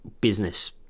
business